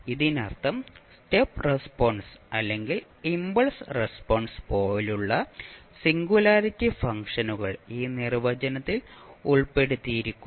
ഇതിനർത്ഥം step response അല്ലെങ്കിൽ impulse response പോലുള്ള സിംഗുലാരിറ്റി ഫംഗ്ഷനുകൾ ഈ നിർവ്വചനത്തിൽ ഉൾപ്പെടുത്തിയിരിക്കുന്നു